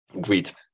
Great